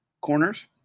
Corners